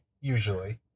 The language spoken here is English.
Usually